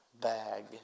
bag